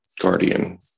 guardian